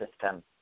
system